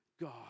God